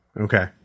okay